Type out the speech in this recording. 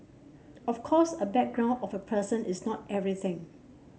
of course a background of a person is not everything